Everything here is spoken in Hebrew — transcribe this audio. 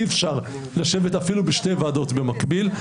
אי-אפשר לשבת אפילו בשתי ועדות במקביל,